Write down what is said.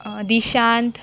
Dishant